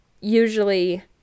usually